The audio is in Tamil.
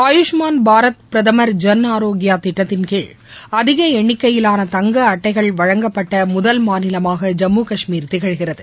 ஆயுஷ்மான் பாரத் பிரதமர் ஜன் ஆரோக்கியா திட்டத்தின்கீழ் அதிக எண்ணிக்கையிலான தங்க அட்டைகள் வழங்கப்பட்ட முதல் மாநிலமாக ஜம்மு கஷ்மீர் திகழ்கிறது